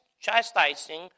chastising